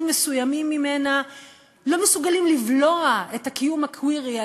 מסוימים ממנה לא מסוגלים לבלוע את הקיום הקווירי,